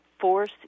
force